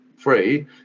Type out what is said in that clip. free